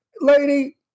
lady